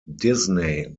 disney